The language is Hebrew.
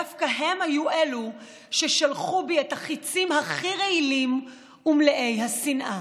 דווקא הם היו ששלחו בי את החיצים הכי רעילים ומלאי השנאה.